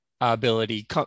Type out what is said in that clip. ability